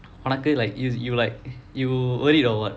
உனக்கு:unnakku if you like you worried or what